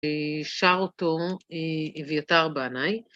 שר אותו אביתר בנאי